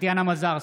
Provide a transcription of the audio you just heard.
טטיאנה מזרסקי,